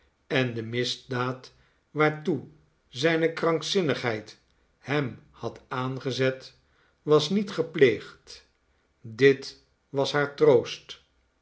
en de misdaad waartoe zijne krankzinnigheid hem had aangezet was niet gepleegd dit was haar troost